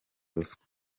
ruswa